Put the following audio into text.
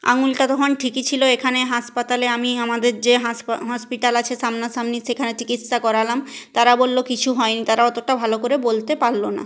আঙুলটা তখন ঠিকই ছিলো এখানে হাসপাতালে আমি আমাদের যে হাসপা হসপিতাল আছে সামনা সামনি সেখানে চিকিৎসা করালাম তারা বললো কিছু হয়নি তারা অতোটা ভালো করে বলতে পারলো না